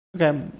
okay